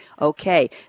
Okay